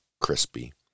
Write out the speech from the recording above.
crispy